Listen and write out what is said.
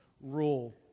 rule